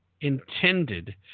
intended